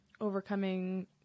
overcoming